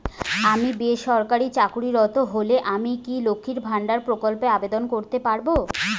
আমি বেসরকারি চাকরিরত হলে আমি কি লক্ষীর ভান্ডার প্রকল্পে আবেদন করতে পারব?